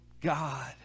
God